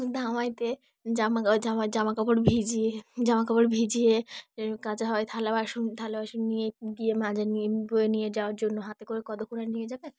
ধামাতে জামা জামা জামাকাপড় ভিজিয়ে জামাকাপড় ভিজিয়ে কাচা হয় থালা বাসন থালা বাসন নিয়ে গিয়ে মাজা নিয়ে নিয়ে যাওয়ার জন্য হাতে করে কতক্ষণ আর নিয়ে যাবে